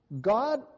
God